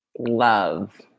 love